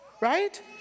right